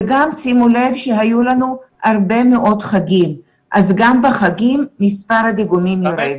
וגם שימו לב שהיו לנו הרבה מאוד חגים וגם בחגים מספר הדיגומים יורד.